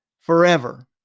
forever